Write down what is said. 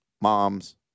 mom's